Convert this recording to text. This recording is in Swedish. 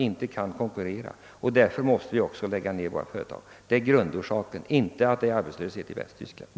Detta och inte arbetslösheten i Västtyskland är grundorsaken till friställningarna.